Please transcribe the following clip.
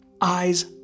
eyes